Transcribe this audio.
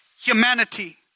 humanity